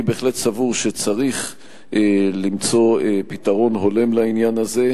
אני בהחלט סבור שצריך למצוא פתרון הולם לעניין הזה,